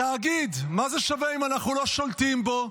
התאגיד, מה זה שווה אם אנחנו לא שולטים בו?